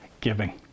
giving